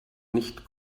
nicht